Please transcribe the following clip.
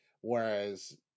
whereas